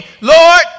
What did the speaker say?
Lord